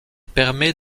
permet